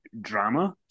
drama